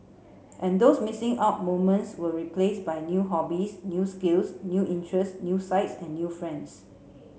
and those missing out moments were replaced by new hobbies new skills new interests new sights and new friends